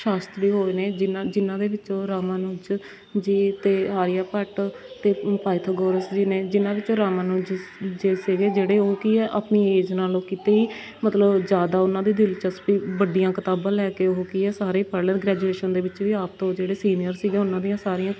ਸ਼ਾਸ਼ਤਰੀ ਹੋਏ ਨੇ ਜਿਨਾਂ ਜਿਨਾਂ ਦੇ ਵਿੱਚੋਂ ਰਾਮਾਨੰਦ ਜੀ ਅਤੇ ਆਰੀਆ ਭੱਟ ਅਤੇ ਪਾਇਥਾਗੋਰਸ ਜੀ ਨੇ ਜਿਹਨਾਂ ਵਿੱਚੋਂ ਰਾਮਾਨੰਦ ਸੀਗੇ ਜਿਹੜੇ ਉਹ ਕੀ ਆ ਆਪਣੀ ਏਜ ਨਾਲੋਂ ਕਿਤੇ ਹੀ ਮਤਲਬ ਜ਼ਿਆਦਾ ਉਹਨਾਂ ਦੇ ਦਿਲਚਸਪੀ ਵੱਡੀਆਂ ਕਿਤਾਬਾਂ ਲੈ ਕੇ ਉਹ ਕੀ ਹੈ ਸਾਰੇ ਪੜ੍ਹਨ ਗ੍ਰੈਜੂਏਸ਼ਨ ਦੇ ਵਿੱਚ ਵੀ ਆਪ ਤੋਂ ਜਿਹੜੇ ਸੀਨੀਅਰ ਸੀਗੇ ਉਹਨਾਂ ਦੀਆਂ ਸਾਰੀਆਂ